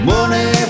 Money